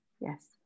yes